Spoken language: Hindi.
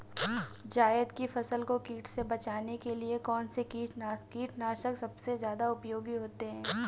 जायद की फसल को कीट से बचाने के लिए कौन से कीटनाशक सबसे ज्यादा उपयोगी होती है?